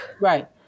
Right